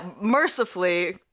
mercifully